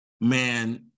man